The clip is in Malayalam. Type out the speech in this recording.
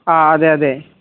ആ അതെ അതെ